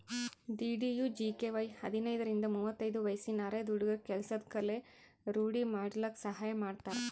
DDUGKY ಹದಿನೈದರಿಂದ ಮುವತ್ತೈದು ವಯ್ಸಿನ ಅರೆದ ಹುಡ್ಗುರ ಕೆಲ್ಸದ್ ಕಲೆ ರೂಡಿ ಮಾಡ್ಕಲಕ್ ಸಹಾಯ ಮಾಡ್ತಾರ